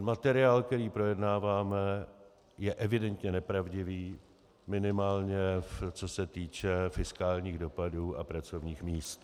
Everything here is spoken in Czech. Materiál, který projednáváme, je evidentně nepravdivý, minimálně co se týče fiskálních dopadů a pracovních míst.